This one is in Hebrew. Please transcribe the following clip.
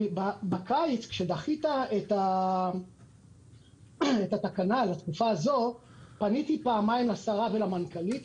בקיץ כשדחית את התקנה לתקופה הזאת פניתי פעמיים לשרה ולמנכ"לית